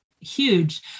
huge